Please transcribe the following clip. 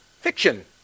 fiction